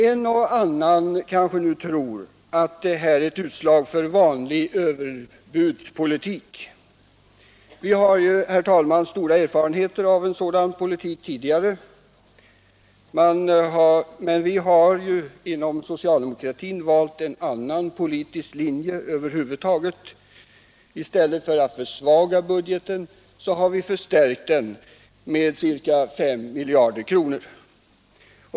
En och annan kanske nu tror att detta är ett utslag av vanlig överbudspolitik. Vi har ju, herr talman, stora erfarenheter av en sådan politik tidigare. Men vi inom socialdemokratin har valt en annan politisk linje över huvud taget. I stället för att försvaga budgeten har vi förstärkt den med ca 5 miljarder kronor.